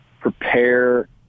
prepare –